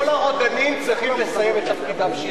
כל הרודנים צריכים לסיים את תפקידם.